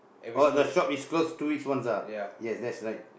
oh the shop is closed two weeks once ah yes that's right